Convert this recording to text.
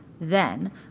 Then